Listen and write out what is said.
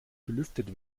belüftet